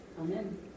Amen